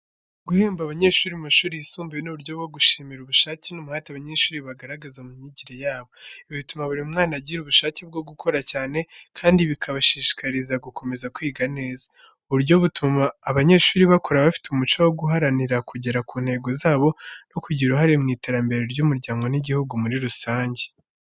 Guhemba abanyeshuri mu mashuri yisumbuye ni uburyo bwo gushimira ubushake n’umuhate abanyeshuri bagaragaza mu myigire yabo. Ibi bituma buri mwana agira ubushake bwo gukora cyane, kandi bikabashishikariza gukomeza kwiga neza. Ubu buryo butuma abanyeshuri bakura bafite umuco wo guharanira kugera ku ntego zabo no kugira uruhare mu iterambere ry’umuryango n’igihugu muri rusange.